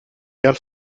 karl